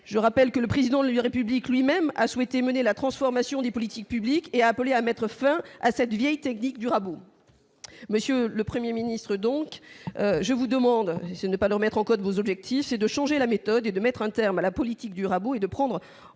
je rappelle que le président de la République lui-même a souhaité mener la transformation des politiques publiques et appelé à mettre fin à cette vieille technique du rabot monsieur le 1er ministre donc je vous demande si ce n'est pas leur mettre en Côte, vos objectifs, c'est de changer la méthode et de mettre un terme à la politique du rabot et de prendre